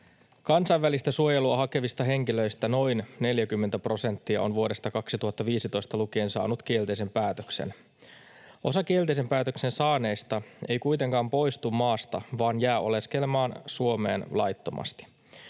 Kansainvälistä suojelua hakevista henkilöistä noin 40 prosenttia on vuodesta 2015 lukien saanut kielteisen päätöksen. Osa kielteisen päätöksen saaneista ei kuitenkaan poistu maasta vaan jää oleskelemaan Suomeen laittomasti.